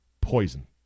poison